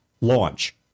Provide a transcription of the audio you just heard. launch